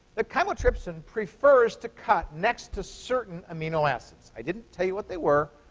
that chymotrypsin prefers to cut next to certain amino acids. i didn't tell you what they were.